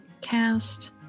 Cast